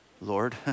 Lord